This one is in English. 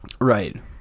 Right